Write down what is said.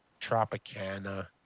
Tropicana